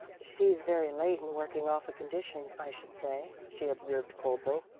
she's very late in working off a condition, i should say, she observed coldly.